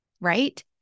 right